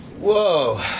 Whoa